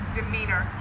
demeanor